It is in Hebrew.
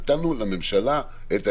את האפשרות,